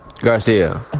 Garcia